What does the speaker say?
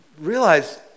Realize